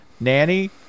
Nanny